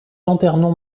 lanternon